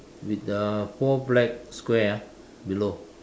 with the four black square ah below